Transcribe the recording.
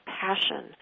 passion